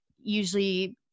usually